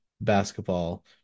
basketball